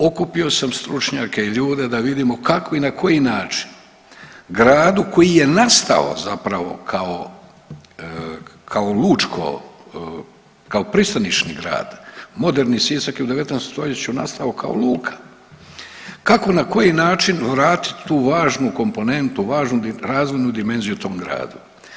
Okupio sam stručnjake i ljude da vidimo kako i na koji način gradu koji je nastao zapravo kao lučko, kao pristanišni grad, moderni Sisak je u 19. st. nastao kao luka, kako, na koji način vratiti tu važnu komponentu, važnu razvojnu dimenziju tom gradu.